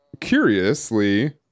Curiously